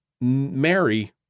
Mary